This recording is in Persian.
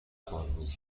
آلبوم